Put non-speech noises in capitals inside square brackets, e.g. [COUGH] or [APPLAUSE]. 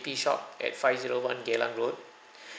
P shop at five zero one geylang road [BREATH]